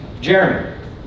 Jeremy